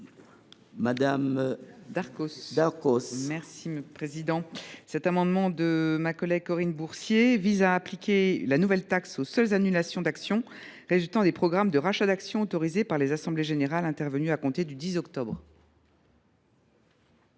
: La parole est à Mme Laure Darcos. Cet amendement de ma collègue Corinne Bourcier vise à appliquer la nouvelle taxe aux seules annulations d’actions résultant des programmes de rachats d’actions autorisés par les assemblées générales intervenues à compter du 10 octobre